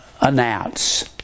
announce